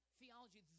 theology